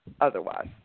otherwise